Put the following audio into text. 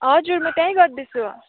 हजुर म त्यहीँ गर्दैछु